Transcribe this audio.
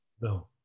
No